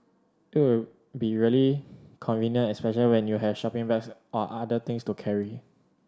it would be really convenient especially when you have shopping bags or other things to carry